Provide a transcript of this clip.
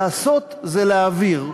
לעשות זה להעביר.